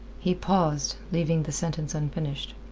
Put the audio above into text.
he paused, leaving the sentence unfinished.